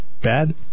Bad